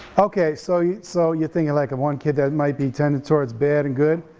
okay so you so you think like one kid and might be tended towards bad and good